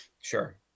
sure